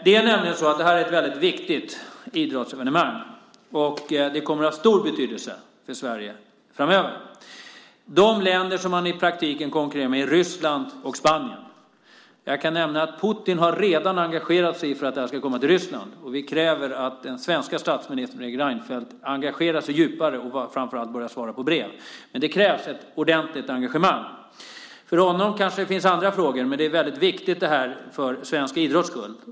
Det är nämligen ett viktigt idrottsevenemang som skulle få stor betydelse för Sverige framöver. De länder som vi i praktiken konkurrerar med är Ryssland och Spanien. Jag kan nämna att Putin redan har engagerat sig för att VM ska komma till Ryssland. Vi kräver att den svenske statsministern Fredrik Reinfeldt engagerar sig djupare och framför allt börjar svara på brev. Det krävs ett ordentligt engagemang. För honom kanske det finns andra frågor, men detta är väldigt viktigt för svensk idrotts skull.